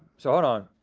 so hold on.